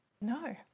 No